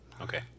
Okay